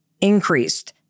increased